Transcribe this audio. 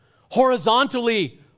Horizontally